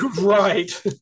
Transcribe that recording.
right